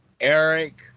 Eric